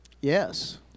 Yes